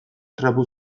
trapu